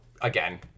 again